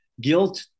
guilt